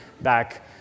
back